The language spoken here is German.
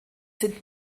sind